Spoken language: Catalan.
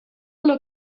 una